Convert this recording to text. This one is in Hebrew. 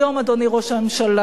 היום, אדוני ראש הממשלה,